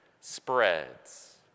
spreads